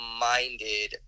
minded